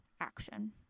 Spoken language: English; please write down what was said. action